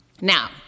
Now